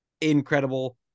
incredible